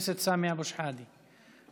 רמיסת הדמוקרטיה, רמיסת